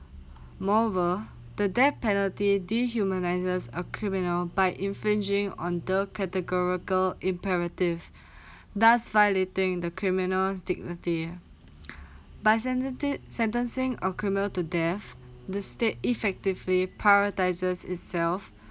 moreover the death penalty dehumanises a criminal by infringing on the categorical imperative thus violating the criminal's dignity by sentenc~ sentencing a criminal to death the state effectively prioritises itself